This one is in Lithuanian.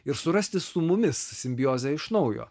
ir surasti su mumis simbiozę iš naujo